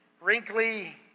wrinkly